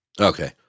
okay